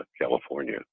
California